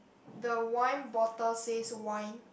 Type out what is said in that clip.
the wine bottle says wine